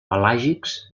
pelàgics